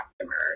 customers